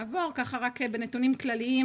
על נתונים כלליים,